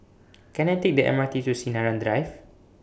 Can I Take The M R T to Sinaran Drive